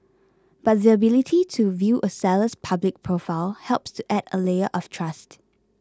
but the ability to view a seller's public profile helps to add a layer of trust